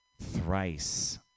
thrice